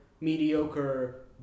mediocre